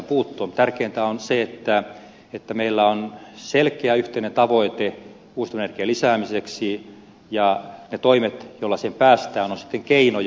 mutta tärkeintä on se että meillä on selkeä yhteinen tavoite uusiutuvan energian lisäämiseksi ja ne toimet joilla siihen päästään ovat sitten keinoja